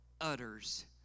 utters